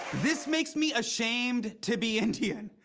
this makes me ashamed to be indian.